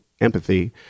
empathy